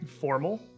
formal